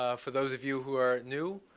ah for those of you who are new,